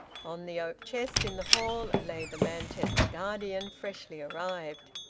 on the oak chest in the hall lay the manchester guardian, freshly arrived.